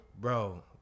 bro